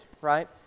right